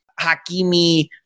Hakimi